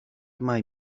mai